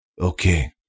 Okay